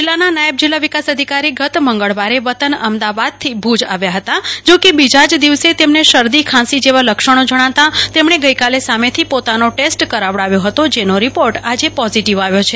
જીલ્લાનાના નાયબ જીલ્લા વિકાસ અધિકારી ગત મંગળવારે વતન અમદાવાદથી ભુજ આવ્યા હતા જોકે બીજા જ દિવસે તેમને શરદી ખાંસી જેવા લક્ષણો જણાતા તેમણે ગઈકાલે સામેથી પોતાનો ટેસ્ટ કરાવડાવ્યો હતો જેનો રીપોર્ટ આજે પોઝીટીવ આવ્યો છે